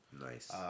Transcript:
nice